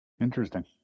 Interesting